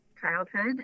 childhood